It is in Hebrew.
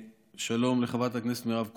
שלום לחברת הכנסת מירב כהן,